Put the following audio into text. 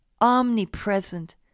omnipresent